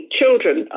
children